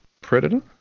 Predator